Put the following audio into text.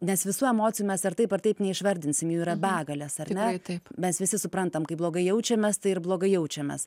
nes visų emocijų mes ar taip ar taip neišvardinsime jų yra begalės ar ne taip mes visi suprantam blogai jaučiamės tai ir blogai jaučiamės